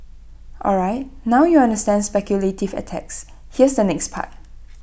alright now you understand speculative attacks here's the next part